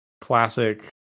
Classic